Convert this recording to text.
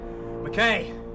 McKay